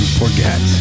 forget